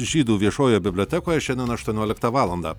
žydų viešojoje bibliotekoje šiandien aštuonioliktą valandą